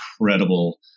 incredible